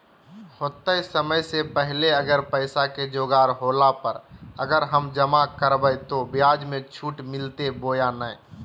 होतय समय से पहले अगर पैसा के जोगाड़ होला पर, अगर हम जमा करबय तो, ब्याज मे छुट मिलते बोया नय?